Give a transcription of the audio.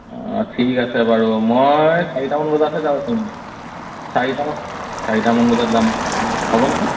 অঁ ঠিক আছে বাৰু মই চাৰিটামান বজাতহে যাব পাৰিম চাৰিটা চাৰিটামান বজাত যাম হ'ব নে